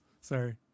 Sorry